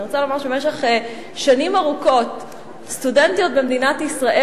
אני רוצה לומר שבמשך שנים ארוכות סטודנטיות במדינת ישראל